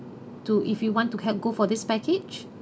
to if you want to help go for this package